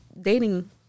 Dating